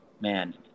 man